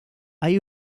hay